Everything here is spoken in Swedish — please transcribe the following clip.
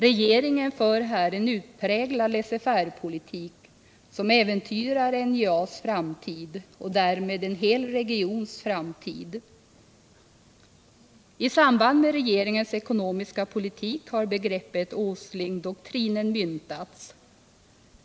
Regeringen har här fört en utpräglad laisser-faire-politik, som äventyrar NJA:s framtid och därmed en hel regions framtid. I samband med regeringens ekonomiska politik har begreppet ”Åslingdoktrinen” myntats.